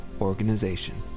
organization